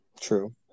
True